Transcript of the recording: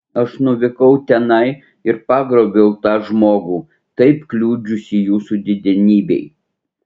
aš nuvykau tenai ir pagrobiau tą žmogų taip kliudžiusį jūsų didenybei